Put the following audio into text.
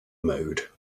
mode